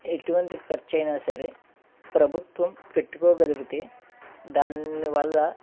ఎటువంటి ఖర్చు అయినా సరే ప్రభుత్వం పెట్టుకోగలిగితే దాన్ని వల్ల